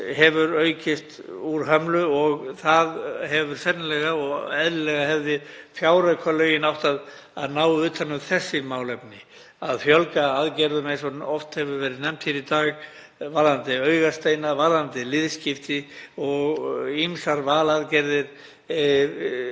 hefur aukist úr hömlu. Eðlilega hefðu fjáraukalögin átt að ná utan um þessi málefni, að fjölga aðgerðum eins og oft hefur verið nefnt hér í dag varðandi augasteina, liðskipti og ýmsar valaðgerðir